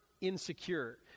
insecure